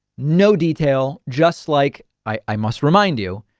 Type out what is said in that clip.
no detail, just like i must remind you.